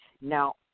Now